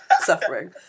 suffering